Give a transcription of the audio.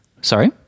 Sorry